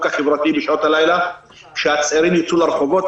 החברתי בשעות הלילה כשהצעירים ייצאו לרחובות,